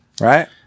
Right